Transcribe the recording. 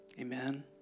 Amen